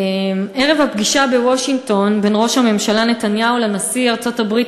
ערב הפגישה בוושינגטון בין ראש הממשלה נתניהו לנשיא ארצות-הברית